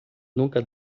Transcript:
nunca